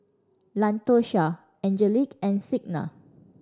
Latosha Angelic and Signa